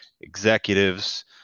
executives